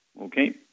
Okay